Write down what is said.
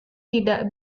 tidak